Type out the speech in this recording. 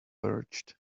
urged